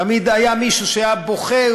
תמיד היה מישהו שהיה בוכה,